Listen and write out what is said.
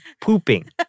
pooping